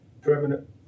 permanent